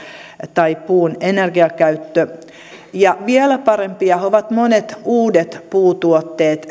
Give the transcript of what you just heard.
tai puun energiakäyttö ja vielä parempiahan ovat monet uudet puutuotteet